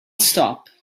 stop